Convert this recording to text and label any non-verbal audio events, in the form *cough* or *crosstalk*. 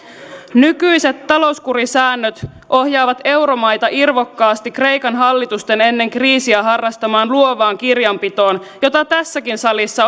nykyiset talouskurisäännöt ohjaavat euromaita irvokkaasti kreikan hallitusten ennen kriisiä harrastamaan luovaan kirjanpitoon jota tässäkin salissa *unintelligible*